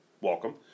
welcome